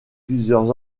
plusieurs